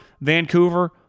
Vancouver